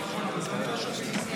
לסעיף 17